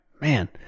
man